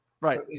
Right